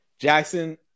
Jackson